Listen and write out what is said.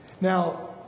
Now